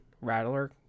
Rattler